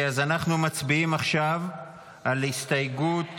אז אנחנו מצביעים עכשיו על הסתייגות